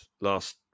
last